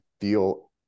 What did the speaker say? feel